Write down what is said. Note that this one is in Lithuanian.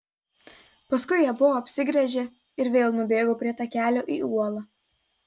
paskui abu apsigręžė ir vėl nubėgo prie takelio į uolą